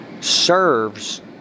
serves